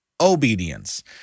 obedience